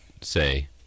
say